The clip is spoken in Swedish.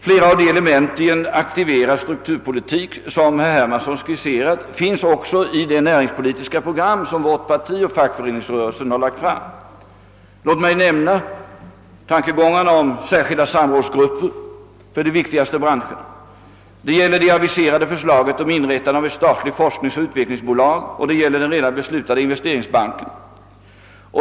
Flera av de element i en aktiverad strukturpolitik, som herr Hermansson skisserat, återfinns också i det näringspolitiska program som vårt parti och fackföreningsrörelsen lagt fram. Låt mig nämna tankegångarna om särskilda samrådsgrupper för de viktigaste branscherna. Det gäller vidare det aviserade förslaget om inrättande av ett statligt forskningsoch utvecklingsbolag och det gäller den redan beslutade investeringsbanken.